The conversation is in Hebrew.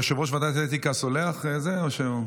יושב-ראש ועדת האתיקה סולח או שהוא,